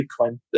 Bitcoin